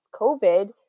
COVID